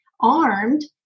armed